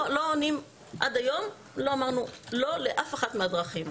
עד היום לא אמרנו לא לאף אחת מהדרכים.